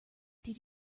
did